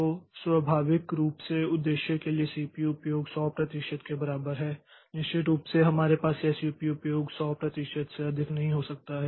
तो स्वाभाविक रूप से उद्देश्य के लिए सीपीयू उपयोग 100 प्रतिशत के बराबर है निश्चित रूप से हमारे पास यह सीपीयू उपयोग 100 प्रतिशत से अधिक नहीं हो सकता है